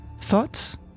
Thoughts